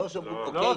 לא.